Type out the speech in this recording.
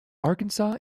arkansas